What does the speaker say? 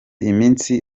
iminsi